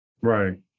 Right